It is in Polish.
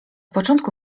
początku